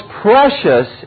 precious